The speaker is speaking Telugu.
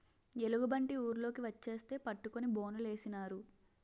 ఎలుగుబంటి ఊర్లోకి వచ్చేస్తే పట్టుకొని బోనులేసినారు